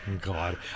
God